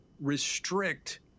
restrict